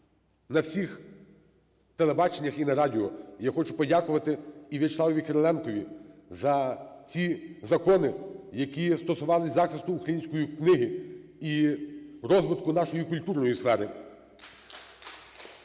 на всіх телебаченнях і на радіо. Я хочу подякувати і В'ячеславові Кириленкові за ці закони, які стосувалися захисту української книги і розвитку нашої культурної сфери,